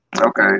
Okay